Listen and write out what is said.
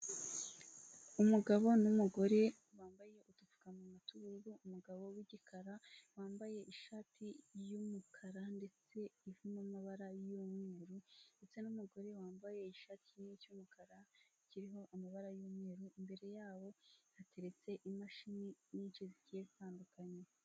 Umugabo n'umugore bambaye udupfukamunwa tw'ubururu, umugabo w'igikara wambaye ishati y'umukara ndetse irimo amabara y'umweru ndetse n'umugore wambaye igishati kinini cy'umukara kiriho amabara y'umweru. Imbere yaho hateretse imashini nyinshi zigiye zitandukanye.